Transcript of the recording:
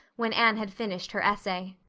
when anne had finished her essay.